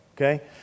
Okay